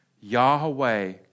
Yahweh